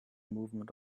movement